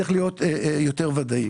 צריך להיות יותר ודאי.